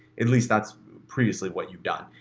at least that's previously what you've done.